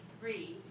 three